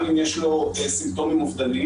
גם אם יש לו סימפטומים אובדניים,